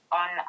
on